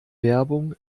werbung